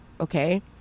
Okay